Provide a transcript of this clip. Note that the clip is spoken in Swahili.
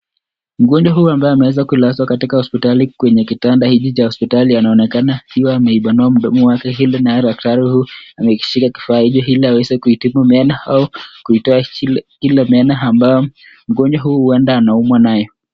Mgonjwa huyu ambaye ameweza kulazwa katika hospitali kwenye kitanda hiki cha hospitali anaonekana akiwa ameupanua mdomo wake ilhali daktari huyu ameshika kifaa hiki ili aweze kutibu meno au kuitoa meno ambayo mgonjwa huyu huenda anaumwa nayo.